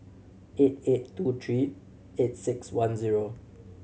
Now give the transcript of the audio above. eight eight two three eight six one zero